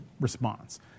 response